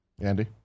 Andy